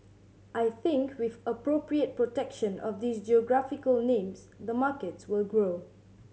I think with appropriate protection of these geographical names the markets will grow